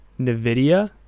nvidia